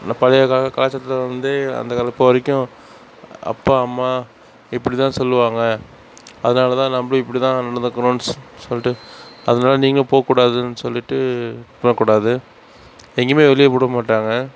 பழைய கலா கலாச்சாரத்தில் வந்து அந்த காலம் இப்போது வரைக்கும் அப்பா அம்மா இப்படி தான் சொல்லுவாங்க அதனால் தான் நம்மளும் இப்படி தான் நடந்துக்கணும்ன்னு சொல்லிட்டு அதனால் நீங்களும் போகக்கூடாதுன்னு சொல்லிவிட்டு பண்ணக்கூடாது எங்கேயுமே வெளியே விட மாட்டாங்க